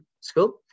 school